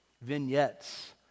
vignettes